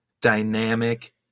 dynamic